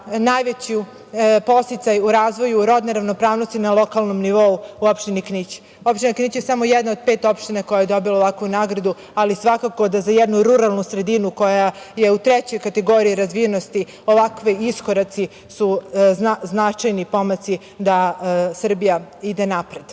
najveći podsticaj u razvoju rodne ravnopravnosti na lokalnom nivou u opštini Knić. Opština Knić je samo jedna od pet opština koja je dobila ovakvu nagradu, ali svakako da za jednu ruralnu sredinu, koja je u trećoj kategoriji razvijenosti, ovakvi iskoraci su značajni pomaci da Srbija ide napred. Ono